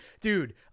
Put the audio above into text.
dude